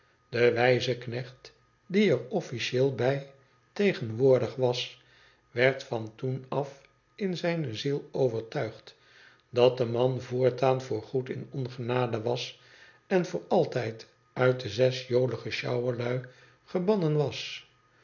de wijze knecht die er officieel bij tegenwoordig was werd van toen afin zijne ziel overtuigd dat de man voortaan voorgoed in ongenade was en voor altijd uit de zes jolige sjouwerlui gebannen was